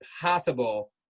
possible